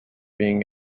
being